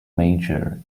mayor